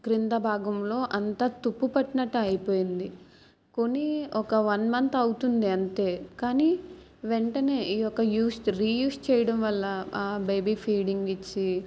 క్రింద భాగంలో అంత తుప్పు పట్టినట్టు అయిపోయింది కొని ఒక వన్ మంత్ అవుతుంది అంతే కానీ వెంటనే ఈ యొక్క యూస్ రీయూస్ చేయడం వల్ల ఆ బేబీ ఫీడింగ్ ఇచ్చి